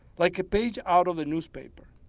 like a page out of the newspaper.